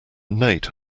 nate